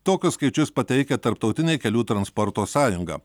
tokius skaičius pateikia tarptautinė kelių transporto sąjunga